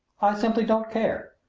i simply don't care.